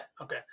okay